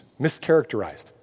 mischaracterized